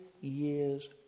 years